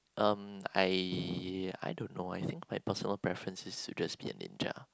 um I I don't know I think my personal preference is to just be a ninja